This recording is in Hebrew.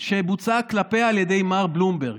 שבוצעה כלפיה על ידי מר בלומברג,